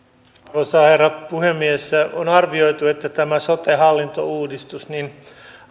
arvoisa herra puhemies on arvioitu että tämä sote hallintouudistus